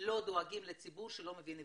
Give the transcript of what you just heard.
לא דואגים לציבור שלא מבין עברית.